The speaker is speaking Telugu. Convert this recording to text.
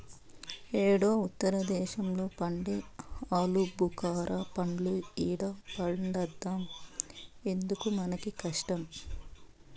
యేడో ఉత్తర దేశంలో పండే ఆలుబుకారా పండ్లు ఈడ పండద్దా ఎందుకు మనకీ కష్టం